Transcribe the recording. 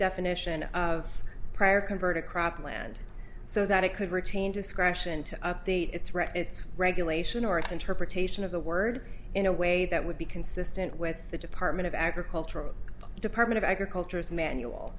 definition of prayer converted cropland so that it could routine discretion to update its read its regulation or its interpretation of the word in a way that would be consistent with the department of agriculture or department of agriculture as manual